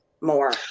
more